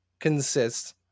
consists